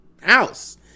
house